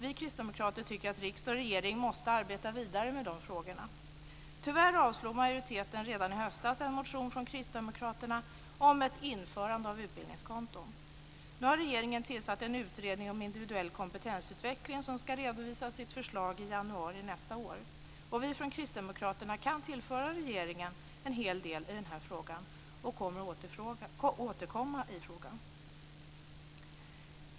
Vi kristdemokrater tycker att riksdag och regering måste arbeta vidare med dessa frågor. Tyvärr avslog majoriteten redan i höstas en motion från kristdemokraterna om ett införande av utbildningskonton. Nu har regeringen tillsatt en utredning om individuell kompetensutveckling som ska redovisa sitt förslag i januari nästa år. Vi kristdemokrater kan tillföra regeringen en hel del i denna fråga och kommer att återkomma i frågan.